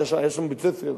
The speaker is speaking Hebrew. היה שם בית-ספר,